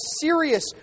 serious